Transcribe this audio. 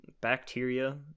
bacteria